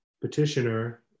petitioner